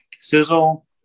Sizzle